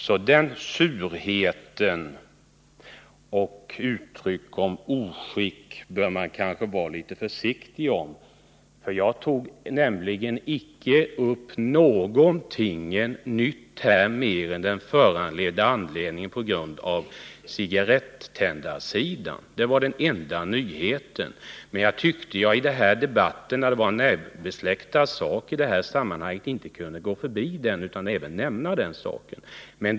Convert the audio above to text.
Därför bör man kanske vara litet försiktig med sura uttryck som ”oskick”. Jag tog nämligen icke upp någonting nytt mer än den av en olyckshändelse föranledda frågan på cigarettändarsidan. Det var den enda nyheten. Jag tyckte att jag i denna debatt, som rör en närbesläktad fråga, inte kunde gå förbi den saken utan ville nämna den.